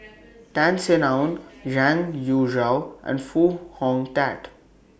Tan Sin Aun and Foo Hong Tatt